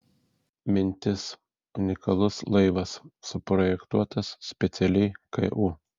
mintis unikalus laivas suprojektuotas specialiai ku